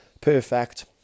perfect